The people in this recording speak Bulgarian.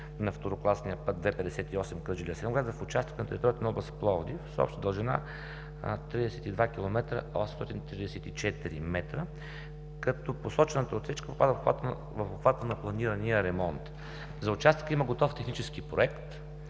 на второкласния път ІІ-58 Кърджали – Асеновград в участъка на област Пловдив с обща дължина 32 км 834 м, като посочената отсечка попада в обхвата на планирания ремонт. За участъка има готов технически проект.